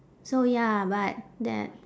so ya but that